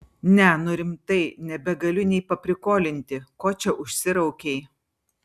ne nu rimtai nebegaliu nei paprikolinti ko čia užsiraukei